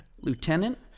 Lieutenant